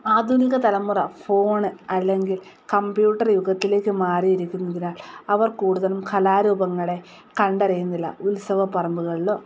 ആധുനിക തലമുറ ഫോൺ അല്ലെങ്കിൽ കമ്പ്യൂട്ടർ യുഗത്തിലേയ്ക്ക് മാറിയിരിക്കുന്നതിനാൽ അവർ കൂടുതലും കലാരൂപങ്ങളെ കണ്ടറിയുന്നില്ല ഉത്സവ പറമ്പുകളിലോ